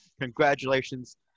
congratulations